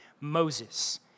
Moses